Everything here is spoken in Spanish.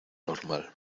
normal